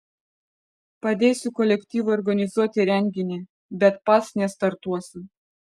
padėsiu kolektyvui organizuoti renginį bet pats nestartuosiu